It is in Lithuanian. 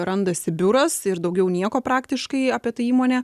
randasi biuras ir daugiau nieko praktiškai apie tą įmonę